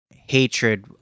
hatred